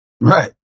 right